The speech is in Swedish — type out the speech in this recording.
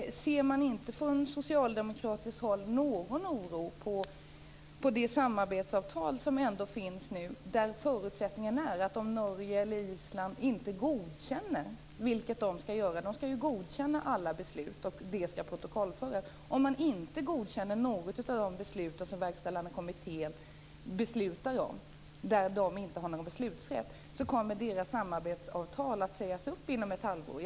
Ser man inte från socialdemokratiskt håll någon oro för det samarbetsavtal som finns nu? Där är förutsättningen att om Norge eller Island inte godkänner något av de beslut - de skall ju godkänna alla beslut, och det skall protokollföras - som Verkställande kommittén fattar och där de inte har beslutsrätt så kommer deras samarbetsavtal att sägas upp inom ett halvår.